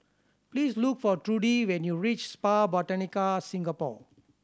please look for Trudi when you reach Spa Botanica Singapore